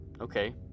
Okay